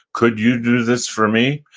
could you do this for me?